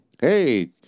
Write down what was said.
Hey